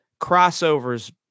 crossovers